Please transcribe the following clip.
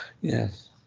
Yes